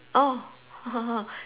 orh